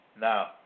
Now